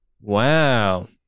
Wow